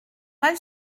mal